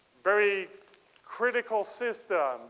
very critical systems.